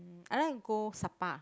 I like go Sapa